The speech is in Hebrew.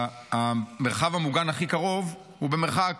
והמרחב המוגן הכי קרוב הוא במרחק